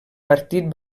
partit